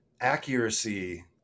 accuracy